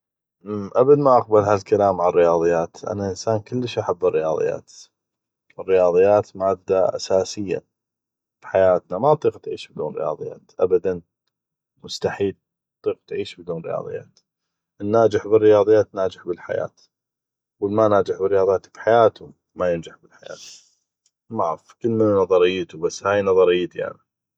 ابد ما اقبل هالكلام عالرياضيات أنا انسان كلش احب الرياضيات الرياضيات مادة اساسيه بحياتنا ما تطيق تعيش بدون رياضيات ابدا مستحيل تطيق تعيش بدون رياضيات الناجح بالرياضيات ناجح بالحياة والما ناجح بالرياضيات بحياتو ما ينجح بالحياة معغف هاي نظريتي ف كلمن ونظريتو